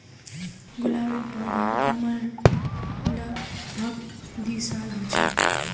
गुलाबेर पौधार उम्र लग भग दी साल ह छे